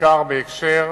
בעיקר בקשר